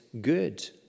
good